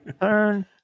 turn